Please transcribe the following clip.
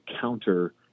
counter